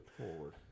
forward